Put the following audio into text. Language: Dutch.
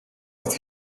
dat